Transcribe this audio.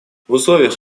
условиях